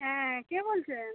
হ্যাঁ কে বলছেন